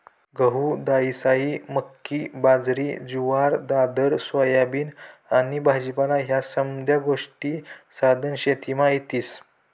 गहू, दायीसायी, मक्की, बाजरी, जुवार, दादर, सोयाबीन आनी भाजीपाला ह्या समद्या गोष्टी सधन शेतीमा येतीस